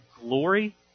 glory